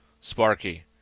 Sparky